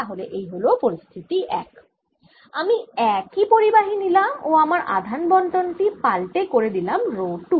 তাহলে এই হল পরিস্থিতি 1 আমি একই পরিবাহী নিলাম ও আমার আধান বণ্টন টি পালটে করে দিলাম রো 2